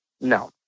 No